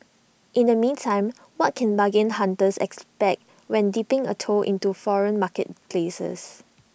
in the meantime what can bargain hunters expect when dipping A toe into foreign marketplaces